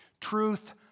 Truth